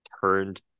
turned